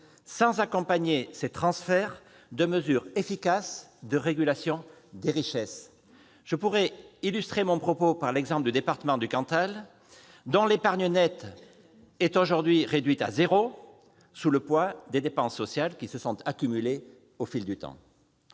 sans accompagner ces transferts de mesures efficaces de régulation des richesses. Je pourrais illustrer mon propos avec l'exemple du département du Cantal, dont l'épargne nette est aujourd'hui réduite à zéro, sous le poids des dépenses sociales qui se sont accumulées au fil du temps.